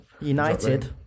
United